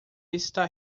está